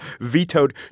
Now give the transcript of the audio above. vetoed